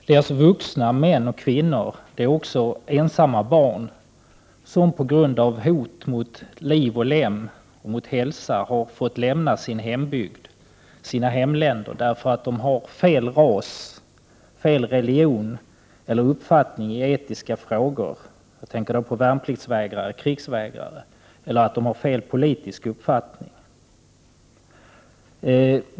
Det är alltså vuxna män och kvinnor, liksom också ensamma barn, som på grund av hot mot liv och lem och hälsa har måst lämna sitt hemland, därför att de har fel ras, fel religion eller fel uppfattning i etiska frågor. Jag tänker då på värnpliktsvägrare och krigsvägrare. De kan också ha en felaktig politisk uppfattning.